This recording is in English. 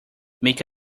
make